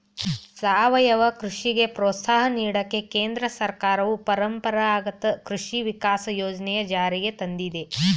ಸಾವಯವ ಕೃಷಿಗೆ ಪ್ರೋತ್ಸಾಹ ನೀಡೋಕೆ ಕೇಂದ್ರ ಸರ್ಕಾರವು ಪರಂಪರಾಗತ ಕೃಷಿ ವಿಕಾಸ ಯೋಜನೆನ ಜಾರಿಗ್ ತಂದಯ್ತೆ